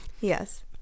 Yes